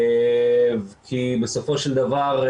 כי בסופו של דבר,